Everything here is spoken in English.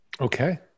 Okay